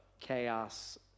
chaos